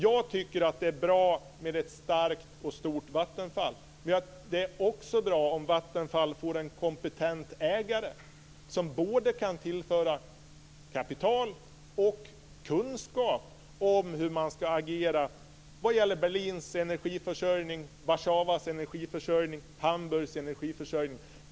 Jag tycker att det är bra med ett stort och starkt Vattenfall, men det vore också bra om Vattenfall fick en kompetent ägare som kan tillföra både kapital och kunskap om hur man ska agera beträffande Berlins, Warszawas och Hamburgs energiförsörjning.